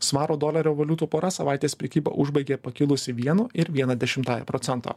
svaro dolerio valiutų pora savaitės prekybą užbaigė pakilusi vienu ir viena dešimtąja procento